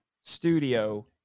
studio